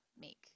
make